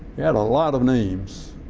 we had a lot of names